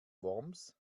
worms